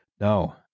No